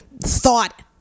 thought